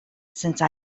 since